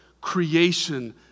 creation